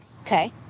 Okay